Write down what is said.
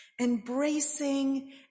embracing